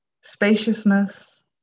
spaciousness